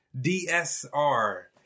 D-S-R